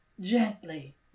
gently